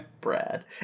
Brad